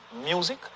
music